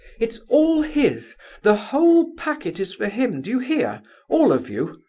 it's all his the whole packet is for him, do you hear all of you?